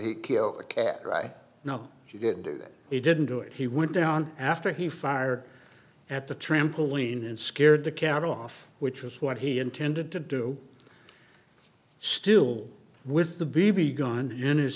he kill a cat i know she didn't do that he didn't do it he went down after he fired at the trampoline and scared the cattle off which was what he intended to do still with the b b gun in his